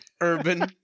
urban